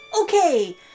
Okay